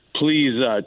please